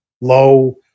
low